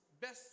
best